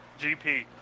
GP